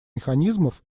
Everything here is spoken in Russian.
механизмов